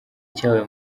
cyahawe